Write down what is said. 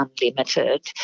unlimited